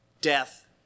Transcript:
death